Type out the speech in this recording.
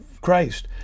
Christ